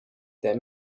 that